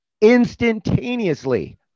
Instantaneously